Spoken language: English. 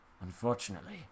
unfortunately